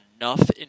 enough